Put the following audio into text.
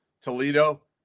Toledo